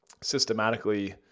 systematically